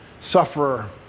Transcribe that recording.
sufferer